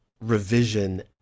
revision